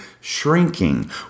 shrinking